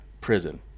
prison